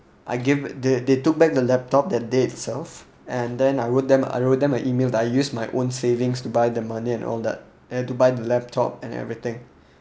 I give they they took back the laptop that day itself and then I wrote them I wrote them an email I use my own savings to buy the money and all that and to buy the laptop and everything